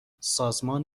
سازمان